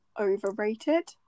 overrated